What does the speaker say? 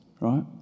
Right